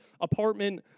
apartment